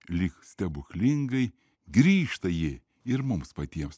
lyg stebuklingai grįžta ji ir mums patiems